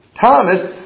Thomas